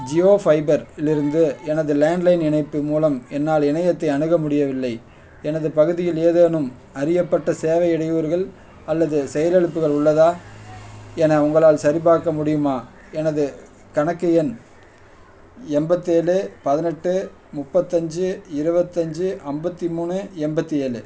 Jio fiber இலிருந்து எனது landline இணைப்பு மூலம் என்னால் இணையத்தை அணுக முடியவில்லை எனது பகுதியில் ஏதேனும் அறியப்பட்ட சேவை இடையூறுகள் அல்லது செயலிழப்புகள் உள்ளதா என உங்களால் சரிபார்க்க முடியுமா எனது கணக்கு எண் எம்பத்தேழு பதினெட்டு முப்பத்தஞ்சு இருபத்தஞ்சி ஐம்பத்தி மூணு எண்பத்தி ஏழு